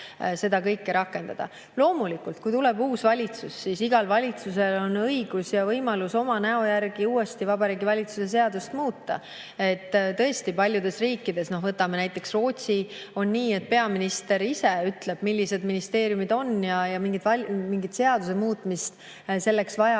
seda kõike rakendama. Loomulikult, kui tuleb uus valitsus, siis igal valitsusel on õigus ja võimalus oma näo järgi uuesti Vabariigi Valitsuse seadust muuta. Tõesti, paljudes riikides – võtame näiteks Rootsi – on nii, et peaminister ise ütleb, millised ministeeriumid on, mingit seaduse muutmist selleks vaja